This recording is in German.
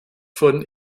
von